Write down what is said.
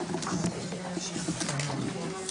10:45.